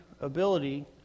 ability